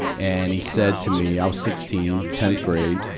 and he said to me, i was sixteen, tenth grade,